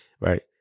Right